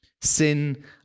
Sin